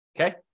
Okay